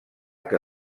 que